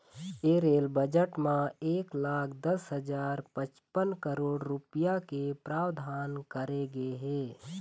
ए rail budget म एक लाख दस हजार पचपन करोड़ रूपिया के प्रावधान करे गे हे